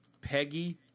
Peggy